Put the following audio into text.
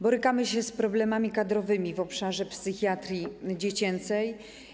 Borykamy się z problemami kadrowymi w obszarze psychiatrii dziecięcej.